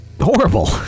horrible